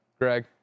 Greg